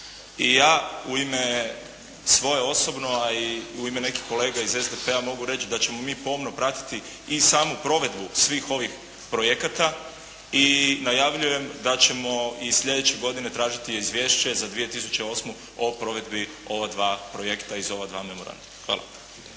I ja u ime svoje osobno a i u ime nekih kolega iz SDP-a mogu reći da ćemo mi pomno pratiti i samu provedbu svih ovih projekata i najavljujem da ćemo i slijedeće godine tražiti izvješće za 2008. o provedbi ova dva projekta iz ova dva memoranduma. Hvala.